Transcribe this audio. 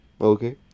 Okay